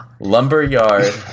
Lumberyard